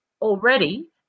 already